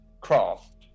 craft